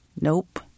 Nope